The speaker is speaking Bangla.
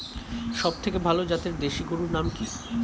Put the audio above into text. সবথেকে ভালো জাতের দেশি গরুর নাম কি?